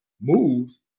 moves